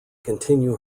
continue